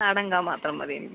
നാടന് കാ മാത്രം മതി എനിക്ക്